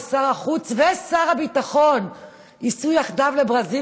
שר החוץ ושר הביטחון ייסעו יחדיו לברזיל